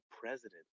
president